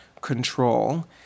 control